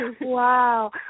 Wow